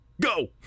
go